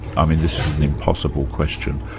i mean this is an impossible question,